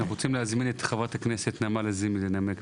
אנחנו רוצים להזמין את חברת הכנסת נעמה לזימי לנמק,